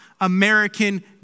American